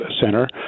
center